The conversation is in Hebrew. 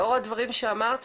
לאור הדברים שאמרת,